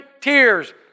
tears